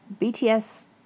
BTS